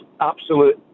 absolute